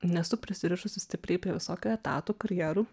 nesu prisirišusi stipriai prie visokių etatų karjerų